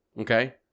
Okay